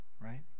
right